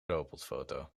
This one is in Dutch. robotfoto